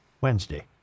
Wednesday